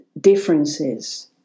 differences